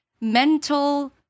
mental